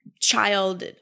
child